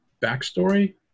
backstory